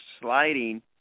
sliding